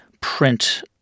print